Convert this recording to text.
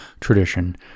tradition